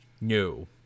New